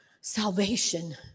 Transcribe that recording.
salvation